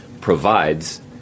provides